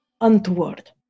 untoward